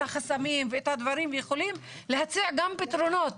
החסמים ואת הדברים והם יכולים להציע גם פתרונות.